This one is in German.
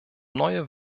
neue